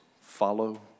follow